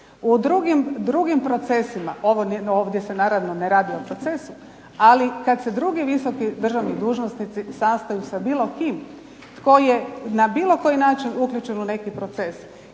u drugim procesima. Ovdje se naravno ne radi o procesu, ali kad se drugi visoki državni dužnosnici sastaju sa bilo kim tko je na bilo koji način uključen u neki proces,